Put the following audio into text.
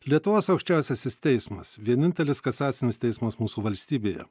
lietuvos aukščiausiasis teismas vienintelis kasacinis teismas mūsų valstybėje